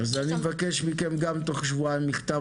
אז אני מבקש ממכם גם תוך שבועיים מכתב